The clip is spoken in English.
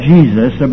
Jesus